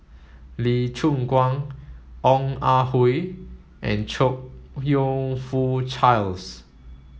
Lee Choon Guan Ong Ah Hoi and Chong You Fook Charles